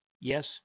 yes